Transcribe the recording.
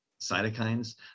cytokines